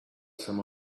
some